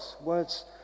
words